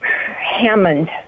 Hammond